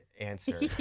answer